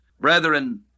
Brethren